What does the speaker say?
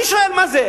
אני שואל: מה זה?